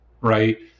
Right